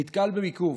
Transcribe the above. הוא נתקל בעיכוב,